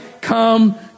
come